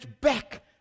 back